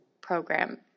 program